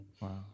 Wow